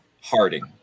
harding